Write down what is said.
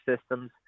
systems